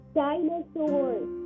dinosaurs